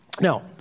Now